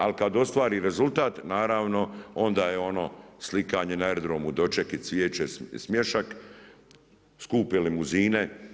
Ali kad ostvari rezultat naravno onda je ono slikanje na aerodromu, dočeki, cvijeće, smiješak, skupe limuzine.